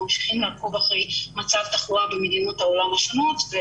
ממשיכים לעקוב אחר מצב התחלואה במדינות העולם השונות.